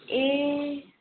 ए